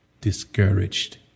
discouraged